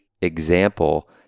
example